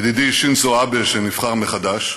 ידידי שינזו אבה, שנבחר מחדש,